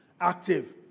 active